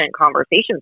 conversations